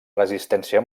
resistència